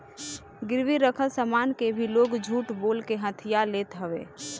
गिरवी रखल सामान के भी लोग झूठ बोल के हथिया लेत हवे